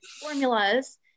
formulas